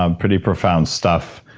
um pretty profound stuff.